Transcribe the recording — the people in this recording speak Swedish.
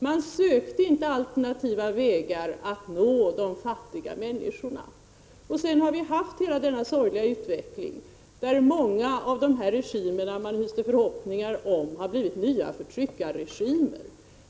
Man sökte inte alternativa vägar att nå de fattiga människorna. Vi har sedan fått uppleva en sorglig utveckling. Många av de regimer som man hyste förhoppningar om har blivit nya förtryckarregimer.